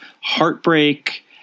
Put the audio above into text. heartbreak